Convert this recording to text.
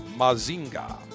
Mazinga